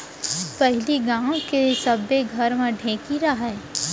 पहिली गांव के सब्बे घर म ढेंकी रहय